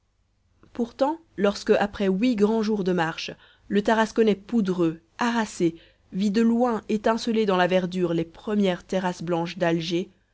pourtant lorsque après huit grands jours de marche le tarasconnais poudreux harassé vit de loin étinceler dans la verdure les premières terrasses blanches d'alger